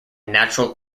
natural